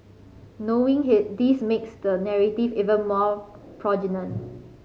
knowing this makes the narrative even more poignant